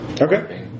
Okay